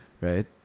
right